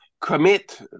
commit